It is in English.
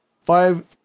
Five